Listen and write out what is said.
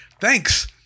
thanks